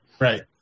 Right